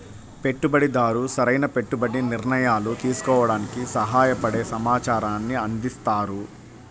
పెట్టుబడిదారు సరైన పెట్టుబడి నిర్ణయాలు తీసుకోవడానికి సహాయపడే సమాచారాన్ని అందిస్తారు